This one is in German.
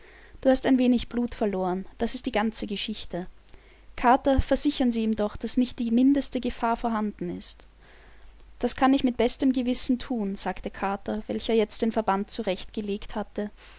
du hast ein wenig blut verloren das ist die ganze geschichte carter versichern sie ihm doch daß nicht die mindeste gefahr vorhanden ist das kann ich mit bestem gewissen thun sagte carter welcher jetzt den verband zurecht gelegt hatte